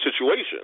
situation